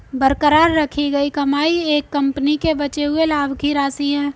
बरकरार रखी गई कमाई एक कंपनी के बचे हुए लाभ की राशि है